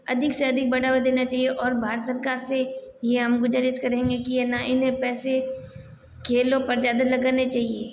अधिक से अधिक बढ़ावा देना चाहिए और भारत सरकार से ये हम गुजारिश करेंगे कि ये ना पैसे है खेलों पर ज़्यादा लगाने चाहिए